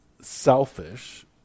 selfish